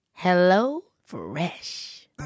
HelloFresh